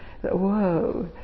Whoa